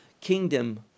kingdom